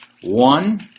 One